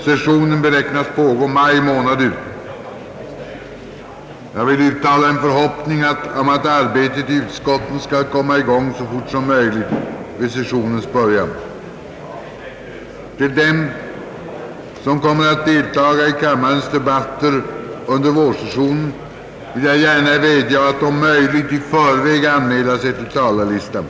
Sessionen beräknas pågå maj månad ut. Jag vill uttala en förhoppning om att arbetet i utskotten skall komma i gång så fort som möjligt vid sessionens början. Till dem som kommer att deltaga i kammarens debatter under vårsessionen vill jag gärna vädja att om möjligt i förväg anmäla sig till talarlistan.